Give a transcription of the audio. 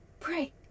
Pray